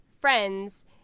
friends